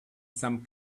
some